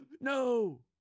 no